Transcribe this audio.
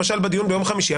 למשל בדיון ביום חמישי,